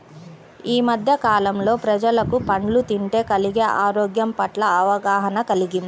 యీ మద్దె కాలంలో ప్రజలకు పండ్లు తింటే కలిగే ఆరోగ్యం పట్ల అవగాహన కల్గింది